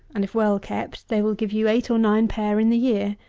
and if well kept, they will give you eight or nine pair in the year.